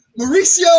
Mauricio